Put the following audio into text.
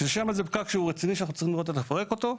שם זה פקק רציני שאנחנו צריכים לראות איך לפרק אותו.